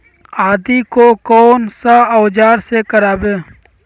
आदि को कौन सा औजार से काबरे?